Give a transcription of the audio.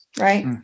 Right